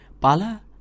Pala